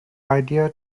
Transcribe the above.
idea